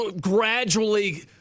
gradually